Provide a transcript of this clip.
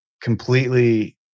Completely